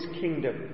kingdom